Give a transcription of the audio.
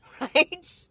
Right